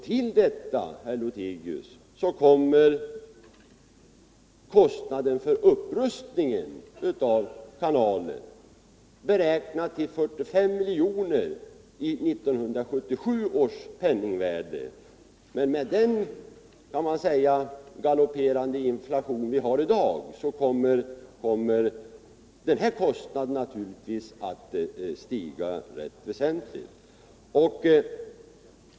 Till detta, herr Lothigius, kommer kostnaden för upprustningen av kanalen, beräknad till 45 miljoner i 1977 års penningvärde. Med den galopperande inflation vi har i dag kommer denna kostnad naturligtvis att stiga rätt väsentligt.